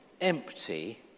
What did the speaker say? empty